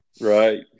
right